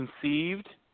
conceived